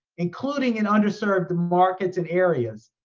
including an underserved, the markets and areas,